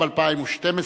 2012,